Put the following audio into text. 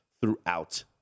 throughout